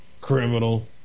Criminal